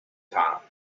top